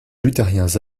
luthériens